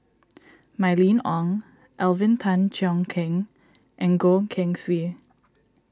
Mylene Ong Alvin Tan Cheong Kheng and Goh Keng Swee